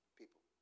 people